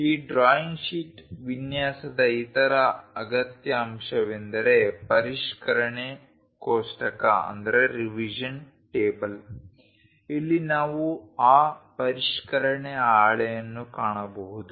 ಈ drawing sheet ವಿನ್ಯಾಸದ ಇತರ ಅಗತ್ಯ ಅಂಶವೆಂದರೆ ಪರಿಷ್ಕರಣೆ ಕೋಷ್ಟಕ ಇಲ್ಲಿ ನಾವು ಆ ಪರಿಷ್ಕರಣೆ ಹಾಳೆಯನ್ನು ಕಾಣಬಹುದು